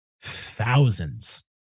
thousands